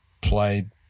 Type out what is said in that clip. played